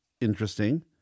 interesting